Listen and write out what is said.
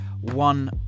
one